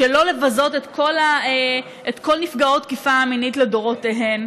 ולא לבזות את כל נפגעות התקיפה המינית לדורותיהן.